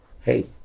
hey